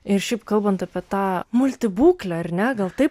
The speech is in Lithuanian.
ir šiaip kalbant apie tą multibūklę ar ne gal taip